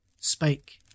spake